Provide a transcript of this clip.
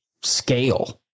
scale